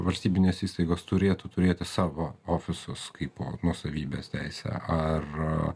valstybinės įstaigos turėtų turėti savo ofisus kaipo nuosavybės teisę ar